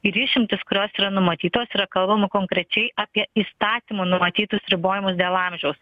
ir išimtys kurios yra numatytos yra kalbama konkrečiai apie įstatymo numatytus ribojimus dėl amžiaus